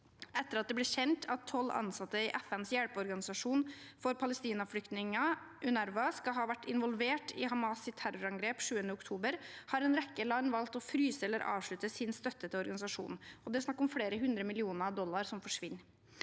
Etter at det ble kjent at tolv ansatte i FNs hjelpeorganisasjon for palestinske flyktninger, UNRWA, skal ha vært involvert i Hamas’ terrorangrep 7. oktober, har en rekke land valgt å fryse eller avslutte sin støtte til organisasjonen. Det er snakk om flere hundre millioner dollar som forsvinner.